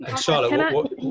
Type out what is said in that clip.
Charlotte